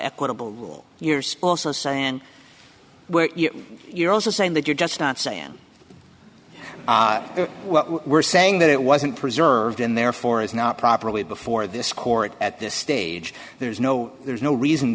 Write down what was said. equitable years also saying where you're also saying that you're just not saying well we're saying that it wasn't preserved and therefore is not properly before this court at this stage there's no there's no reason